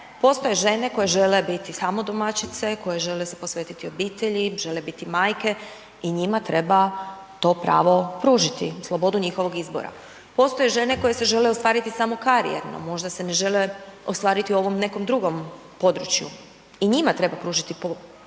Postoje žene koje žele biti samo domaćice, koje žele posvetiti se obitelji, žele biti majke i njima treba to pravo pružiti, slobodu njihovog izbora. Postoje žene koje se žele ostvariti samo karijerno, možda se ne žele ostvariti u ovom nekom drugom području, i njima treba pružiti pomoć,